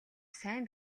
сайн